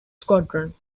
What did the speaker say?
squadron